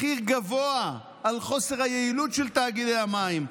מחיר גבוה על חוסר היעילות של תאגידי המים.